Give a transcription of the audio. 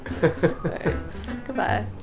Goodbye